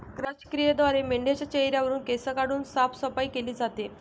क्रॅच क्रियेद्वारे मेंढाच्या चेहऱ्यावरुन केस काढून साफसफाई केली जाते